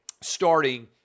starting